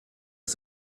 das